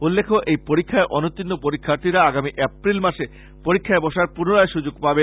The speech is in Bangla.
উল্লেখ্য এই পরীক্ষায় অনুত্তীর্ণ পরীক্ষার্থীরা আগামী এপ্রিল মাসে পরীক্ষায় বসার পুনরায় সুযোগ পাবে